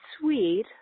sweet